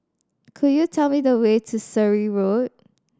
could you tell me the way to Surrey Road